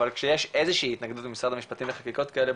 אבל כשיש איזושהי התנגדות במשרד המשפטים לחקיקות כאלה,